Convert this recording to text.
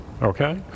Okay